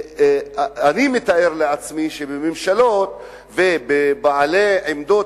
אני מתאר לעצמי שבממשלות ואצל בעלי עמדות